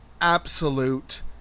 absolute